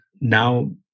now